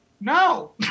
no